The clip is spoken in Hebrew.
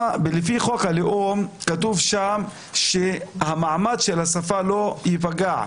בחוק הלאום כתוב שמעמד השפה לא יפגע,